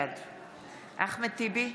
בעד אחמד טיבי,